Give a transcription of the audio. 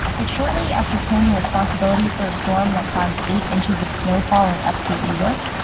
but shortly after claiming responsibility for a storm that caused eight inches of snowfall in upstate new york,